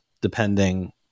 depending